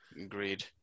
agreed